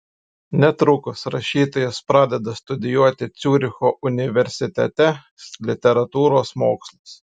netrukus rašytojas pradeda studijuoti ciuricho universitete literatūros mokslus